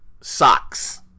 Socks